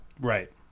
right